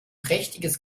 prächtiges